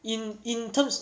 in in terms